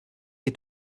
est